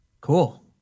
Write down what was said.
Cool